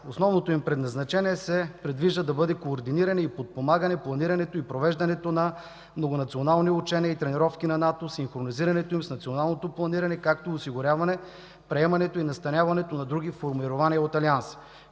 Основното им предназначение се предвижда да бъде координиране и подпомагане планирането и провеждането на многонационални учения и тренировки на НАТО, синхронизирането им с националното планиране, както и осигуряване приемането и настаняването на други формирования от Алианса.